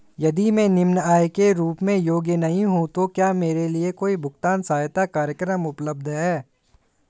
यदि मैं निम्न आय के रूप में योग्य नहीं हूँ तो क्या मेरे लिए कोई भुगतान सहायता कार्यक्रम उपलब्ध है?